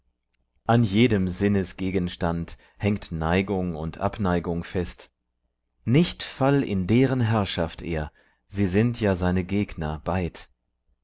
an jedem sinnesgegenstand hängt neigung und abneigung fest nicht fall in deren herrschaft er sie sind ja seine gegner beid